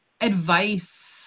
advice